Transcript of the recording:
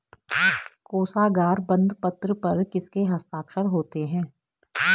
कोशागार बंदपत्र पर किसके हस्ताक्षर होते हैं?